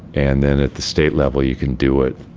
and then at the state level, you can do it